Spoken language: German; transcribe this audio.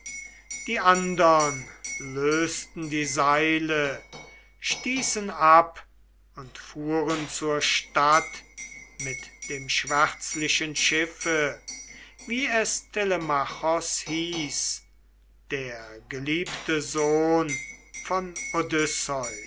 die andern lösten die seile stießen ab und fuhren zur stadt mit dem schwärzlichen schiffe wie es telemachos hieß der geliebte sohn von